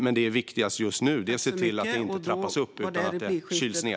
Det viktigaste just nu är dock att se till att situationen inte trappas upp utan kyls ned.